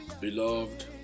beloved